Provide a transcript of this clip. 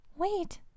Wait